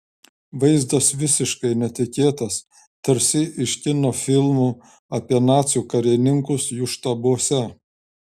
vaizdas visiškai netikėtas tarsi iš kino filmų apie nacių karininkus jų štabuose